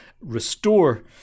restore